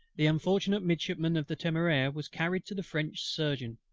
the unfortunate midshipman of the temeraire was carried to the french surgeon,